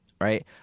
Right